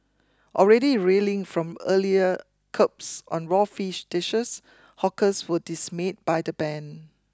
already reeling from earlier curbs on raw fish dishes hawkers were dismayed by the ban